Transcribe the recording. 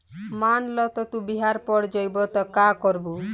मान ल तू बिहार पड़ जइबू त का करबू